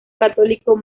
católico